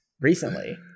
recently